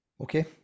Okay